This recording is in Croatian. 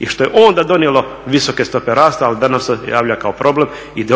i što je onda donijelo visoke stope rasta, ali danas se javlja kao problem i